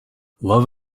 love